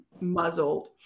muzzled